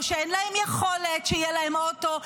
או שאין להם יכולת שיהיה להם אוטו,